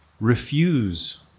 Refuse